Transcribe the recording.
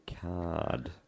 card